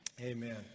amen